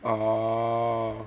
oh